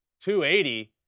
280